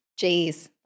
Jeez